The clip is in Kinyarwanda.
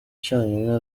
cyonyine